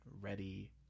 ready